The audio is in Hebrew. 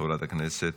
חברת הכנסת.